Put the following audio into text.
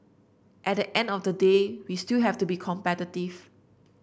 at the end of the day we still have to be competitive